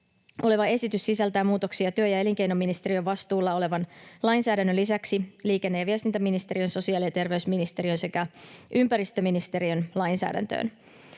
oleva esitys sisältää muutoksia työ- ja elinkeinoministeriön vastuulla olevan lainsäädännön lisäksi liikenne- ja viestintäministeriön, sosiaali- ja terveysministeriön sekä ympäristöministeriön lainsäädäntöön.